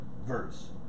verse